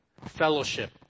fellowship